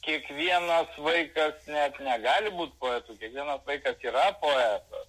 kiekvieną vaikas net negali būt poetu kiekvienas vaikas yra poetas